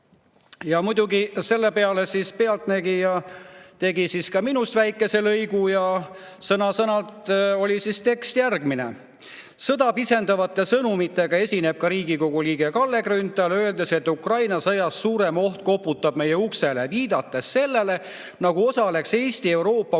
Muidugi selle peale "Pealtnägija" tegi ka minust väikese lõigu ja sõna-sõnalt oli tekst järgmine. "Sõda pisendavate sõnumitega esineb ka Riigikogu liige Kalle Grünthal, öeldes, et Ukraina sõjast suurem oht koputab meie uksele, viidates sellele, nagu osaleks Eesti Euroopa